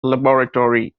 laboratory